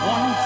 One